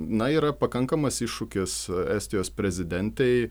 na yra pakankamas iššūkis estijos prezidentei